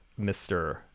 Mr